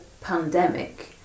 pandemic